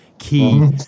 key